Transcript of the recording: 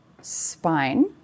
spine